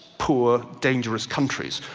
poor, dangerous countries,